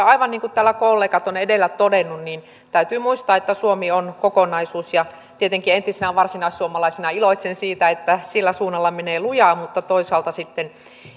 aivan niin kuin täällä kollegat ovat edellä todenneet täytyy muistaa että suomi on kokonaisuus tietenkin entisenä varsinaissuomalaisena iloitsen siitä että sillä suunnalla menee lujaa mutta toisaalta sitten